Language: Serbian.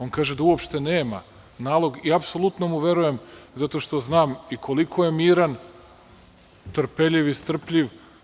On kaže da uopšte nema nalog i apsolutno mu verujem zato što znam i koliko je miran, trpeljiv i strpljiv.